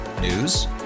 News